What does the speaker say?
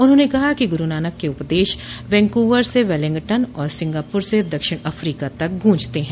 उन्होंने कहा कि गुरु नानक के उपदेश वैंकूवर से वेलिंगटन और सिंगापुर से दक्षिण अफ्रीका तक गूंजते हैं